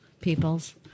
peoples